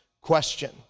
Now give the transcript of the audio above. question